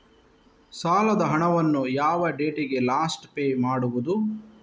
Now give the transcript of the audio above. ಸಾಲದ ಹಣವನ್ನು ಯಾವ ಡೇಟಿಗೆ ಲಾಸ್ಟ್ ಪೇ ಮಾಡುವುದು?